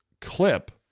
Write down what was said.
clip